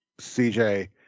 CJ